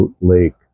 lake